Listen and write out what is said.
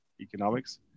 economics